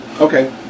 Okay